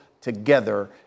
together